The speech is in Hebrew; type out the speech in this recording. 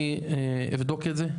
אני אבדוק את זה.